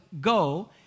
go